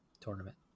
tournament